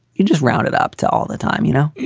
you just round it up to all the time, you know yeah,